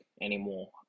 anymore